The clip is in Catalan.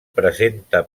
presenta